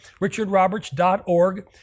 richardroberts.org